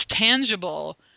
tangible